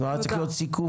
כבר היה צריך להיות סיכום,